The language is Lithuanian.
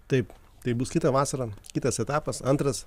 taip tai bus kitą vasarą kitas etapas antras